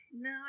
No